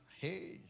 hey